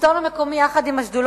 השלטון המקומי, יחד עם השדולות